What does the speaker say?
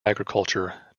agriculture